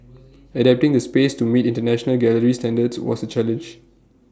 adapting the space to meet International gallery standards was A challenge